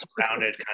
surrounded